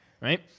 right